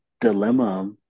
Dilemma